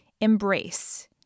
Embrace